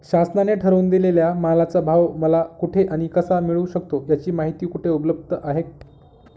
शासनाने ठरवून दिलेल्या मालाचा भाव मला कुठे आणि कसा मिळू शकतो? याची माहिती कुठे उपलब्ध आहे?